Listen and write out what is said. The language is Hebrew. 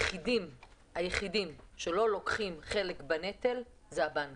היחידים שלא לוקחים חלק בנטל הם הבנקים.